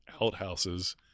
outhouses